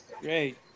great